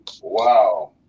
Wow